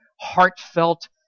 heartfelt